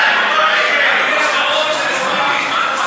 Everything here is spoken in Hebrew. אנחנו בעד.